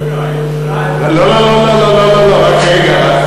לא לא לא לא, רק רגע.